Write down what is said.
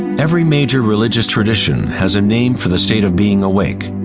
every major religious tradition has a name for the state of being awake.